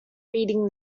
reading